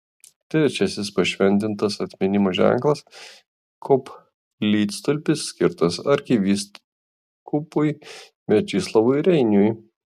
trečiasis pašventintas atminimo ženklas koplytstulpis skirtas arkivyskupui mečislovui reiniui